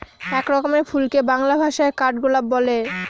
এক রকমের ফুলকে বাংলা ভাষায় কাঠগোলাপ বলে